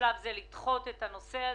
בשלב זה לדחות את הנושא הזה,